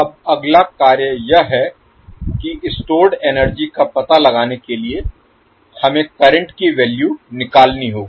अब अगला कार्य यह है कि स्टोर्ड एनर्जी का पता लगाने के लिए हमें करंट की वैल्यू निकालनी होगी